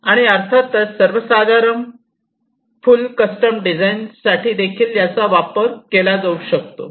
आणि अर्थातच सर्वसाधारण फुल कस्टम डिझाइनसाठी देखील याचा वापर केला जाऊ शकतो